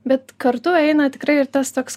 bet kartu eina tikrai ir tas toks